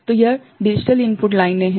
तो यह digital input लाइनें है